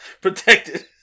protected